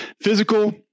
Physical